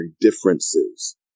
differences